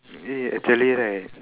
eh actually right